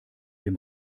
dem